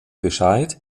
bescheid